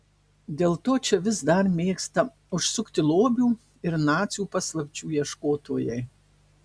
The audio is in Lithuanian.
dėl to čia vis dar mėgsta užsukti lobių ir nacių paslapčių ieškotojai